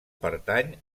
pertany